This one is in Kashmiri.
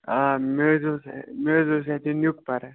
آ مےٚ حظ اوس مےٚ حظ اوس اَتہِ نیُک پَرَان